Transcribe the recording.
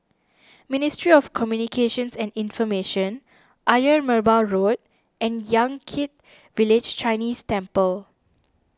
Ministry of Communications and Information Ayer Merbau Road and Yan Kit Village Chinese Temple